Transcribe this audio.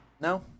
no